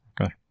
Okay